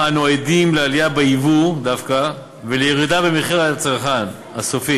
אנו עדים לעלייה ביבוא דווקא ולירידה במחירי הצרכן הסופי,